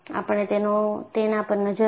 આપણે તેના પર નજર છે